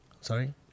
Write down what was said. Sorry